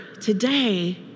today